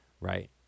right